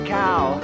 cow